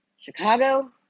Chicago